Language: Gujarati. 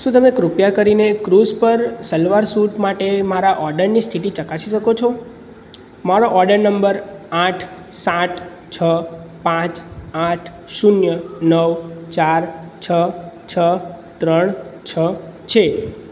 શું તમે કૃપયા કરીને ક્રૂઝ પર સલવાર સૂટ માટે મારા ઓર્ડરની સ્થિતિ ચકાસી શકો છો મારો ઓર્ડર નંબર આઠ સાત છ પાંચ આઠ શૂન્ય નવ ચાર છ છ ત્રણ છ છે